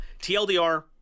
TLDR